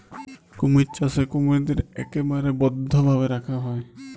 কুমির চাষে কুমিরদ্যার ইকবারে বদ্ধভাবে রাখা হ্যয়